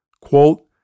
quote